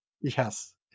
Yes